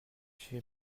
chez